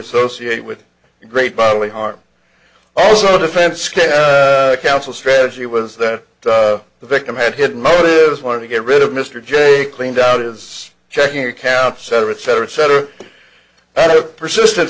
associate with great bodily harm also defense counsel strategy was that the victim had hidden motives wanted to get rid of mr joe cleaned out his checking account cetera et cetera et cetera and a persisten